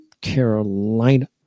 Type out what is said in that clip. Carolina